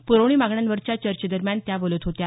प्रवणी मागण्यांवरच्या चर्चेदरम्यान त्या बोलत होत्या